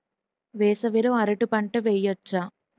వేసవి లో అరటి పంట వెయ్యొచ్చా?